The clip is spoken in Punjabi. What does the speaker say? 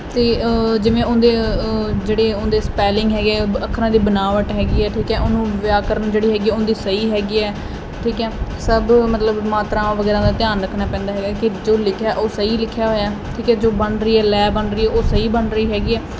ਤੇ ਜਿਵੇਂ ਉਹਦੇ ਜਿਹੜੇ ਉਹਦੇ ਸਪੈਲਿੰਗ ਹੈਗੇ ਅੱਖਰਾਂ ਦੇ ਬਨਾਵਟ ਹੈਗੀ ਆ ਠੀਕ ਐ ਉਹਨੂੰ ਵਿਆਕਰਨ ਜਿਹੜੀ ਹੈਗੀ ਉਹਦੀ ਸਹੀ ਹੈਗੀ ਐ ਠੀਕ ਐ ਸਭ ਮਤਲਬ ਮਾਤਰਾ ਵਗੈਰਾ ਦਾ ਧਿਆਨ ਰੱਖਣਾ ਪੈਂਦਾ ਹੈਗਾ ਕਿ ਜੋ ਲਿਖਿਆ ਉਹ ਸਹੀ ਲਿਖਿਆ ਹੋਇਆ ਠੀਕ ਐ ਜੋ ਬਣ ਰਹੀ ਐ ਲੈਅ ਬਣ ਰਹੀ ਉਹ ਸਹੀ ਬਣ ਰਹੀ ਹੈਗੀ ਆ